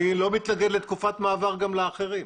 אני לא מתנגד לתקופת מעבר גם לאחרים.